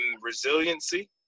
resiliency